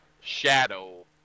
shadow